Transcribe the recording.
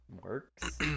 works